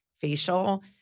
facial